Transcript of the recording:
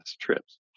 trips